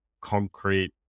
concrete